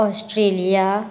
Australia